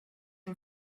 him